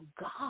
God